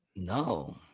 No